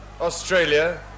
Australia